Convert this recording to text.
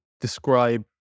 describe